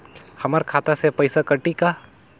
हमर खाता से पइसा कठी का?